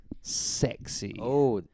sexy